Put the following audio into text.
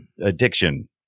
addiction